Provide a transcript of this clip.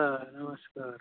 हा नमस्कार